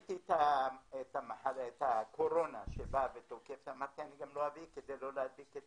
יש קורונה, אמרתי אני לא אביא כדי להדביק את